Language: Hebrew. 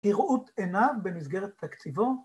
‫כראות עיניו במסגרת תקציבו.